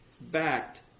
backed